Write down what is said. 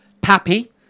Pappy